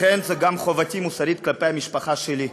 לכן זו גם חובתי המוסרית כלפי המשפחה שלי.